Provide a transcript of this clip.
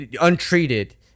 untreated